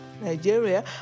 Nigeria